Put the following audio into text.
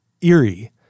eerie